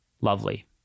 Lovely